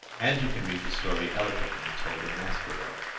and you can read the story eloquently told in maspero.